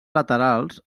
laterals